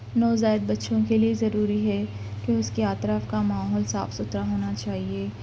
نو زائیدہ بچوں کے لیے ضروری ہے کہ اس کے اطراف کا ماحول صاف ستھرا ہونا چاہیے